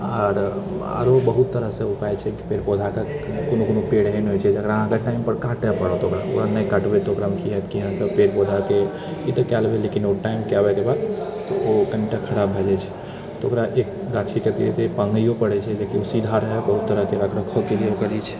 आर आरो बहुत तरहसँ उपाय छै कि पेड़ पौधाके कोनो कोनो पेड़ एहन होइत छै जेकरा अहाँकेँ टाइम पर काटै पड़त ओकरा नहि काटबै तऽ ओकरामे की होयत अहाँकेँ पेड़ पौधाके ई तऽ कै लेबै लेकिन ओ टाइमके आबैके बाद ओ कनिटा खराब भए जाइत छै तऽ ओकरा एक गाछीके कहियो कहियो पाँगेयो पड़ैत छै लेकिन ओ सीधा रहैत बहुत तरहके रख रखावके लिए ओकरा जे छै